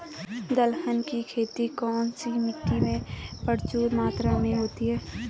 दलहन की खेती कौन सी मिट्टी में प्रचुर मात्रा में होती है?